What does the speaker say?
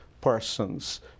persons